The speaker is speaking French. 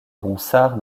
ronsard